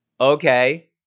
Okay